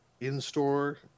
in-store